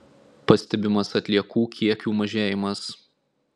pastebimas atliekų kiekių mažėjimas